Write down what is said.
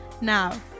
Now